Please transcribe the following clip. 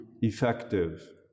effective